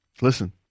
listen